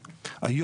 ב-2021,